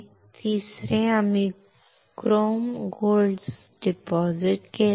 तिसरे आम्ही क्रोम सोने जमा केले आहे